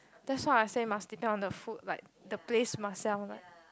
that's why I say must depend on the food like the place must sell like